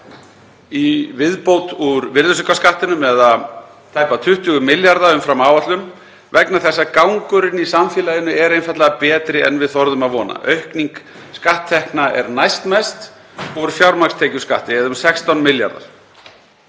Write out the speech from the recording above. í viðbót úr virðisaukaskattinum eða tæpa 20 milljarða umfram áætlun vegna þess að gangurinn í samfélaginu er einfaldlega betri en við þorðum að vona. Aukning skatttekna er næstmest úr fjármagnstekjuskatti eða um 16 milljarðar.